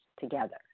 together